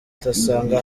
utasanga